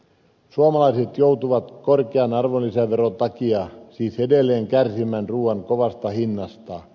suomalaiset joutuvat korkean arvonlisäveron takia siis edelleen kärsimään ruuan kovasta hinnasta